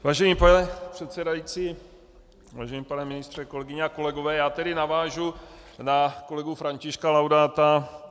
Vážený pane předsedající, vážený pane ministře, kolegyně a kolegové, já tedy navážu na kolegu Františka Laudáta.